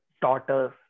daughters